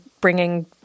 bringing